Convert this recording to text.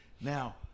now